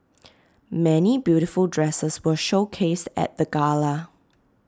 many beautiful dresses were showcased at the gala